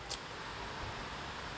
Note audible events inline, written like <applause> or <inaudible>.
<noise>